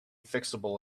fixable